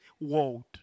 world